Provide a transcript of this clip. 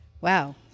Wow